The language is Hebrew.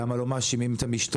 למה לא מאשימים את המשטרה.